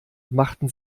machten